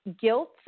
guilt